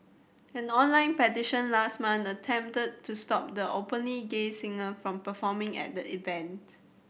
an online petition last month attempted to stop the openly gay singer from performing at the event